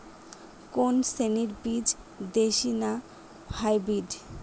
কোন শ্রেণীর বীজ দেশী না হাইব্রিড?